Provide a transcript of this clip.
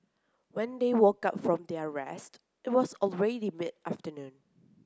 when they woke up from their rest it was already mid afternoon